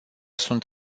sunt